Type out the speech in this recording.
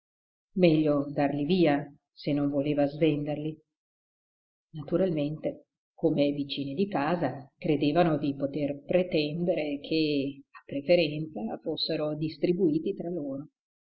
meglio darli via se non voleva svenderli naturalmente come vicine di casa credevano di poter pretendere che a preferenza fossero distribuiti tra loro